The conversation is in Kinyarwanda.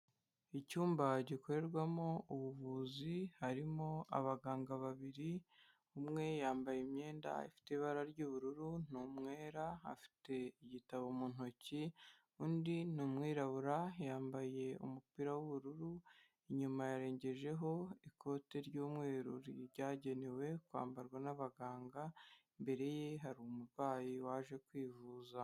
Icyumba gikorerwamo ubuvuzi, harimo abaganga babiri umwe yambaye imyenda ifite ibara ry'ubururu, ni umwera afite igitabo mu ntoki, undi ni umwirabura yambaye umupira w'ubururu inyuma yarengejeho ikote ry'umweru ryagenewe kwambarwa n'abaganga, imbere ye hari umurwayi waje kwivuza.